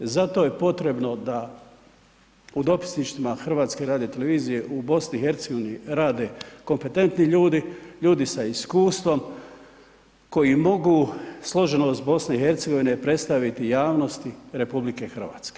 Zato je potrebno da u dopisništvima HRT-a u BiH rade kompetentni ljudi, ljudi sa iskustvom koji mogu složenost BiH predstaviti javnosti RH.